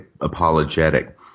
apologetic